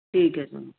ਠੀਕ ਹੈ